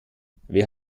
wer